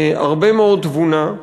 הרבה מאוד תבונה,